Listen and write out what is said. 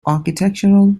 architectural